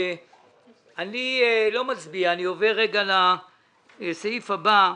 אני לא מצביע., אני עובר לרגע לסעיף הבא,